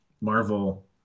Marvel